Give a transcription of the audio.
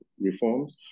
reforms